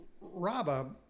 Rabba